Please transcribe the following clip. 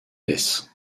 dès